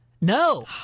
No